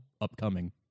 Upcoming